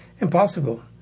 Impossible